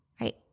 right